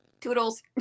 Toodles